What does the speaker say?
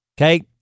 okay